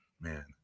man